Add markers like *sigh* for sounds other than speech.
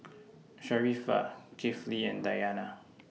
*noise* Sharifah Kifli and Dayana